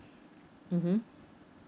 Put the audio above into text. mmhmm